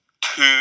two